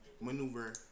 maneuver